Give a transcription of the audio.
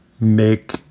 make